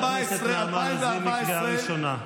העברנו בקריאה ראשונה.